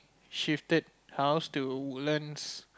shifted house to Woodlands